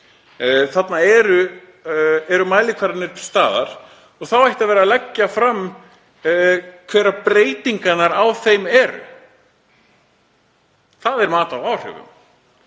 Þarna eru mælikvarðarnir til staðar og þá ætti að vera hægt að leggja fram hverjar breytingarnar á þeim eru. Það er mat á áhrifum.